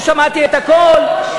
לא שמעתי הכול,